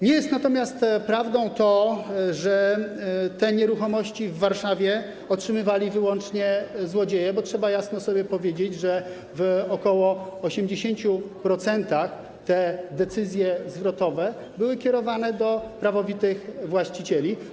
Nie jest natomiast prawdą, że te nieruchomości w Warszawie otrzymywali wyłącznie złodzieje, bo trzeba sobie jasno powiedzieć, że w ok. 80% te decyzje dotyczące zwrotów były kierowane do prawowitych właścicieli.